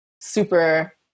super